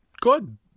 Good